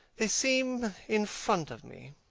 they seem in front of me.